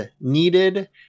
needed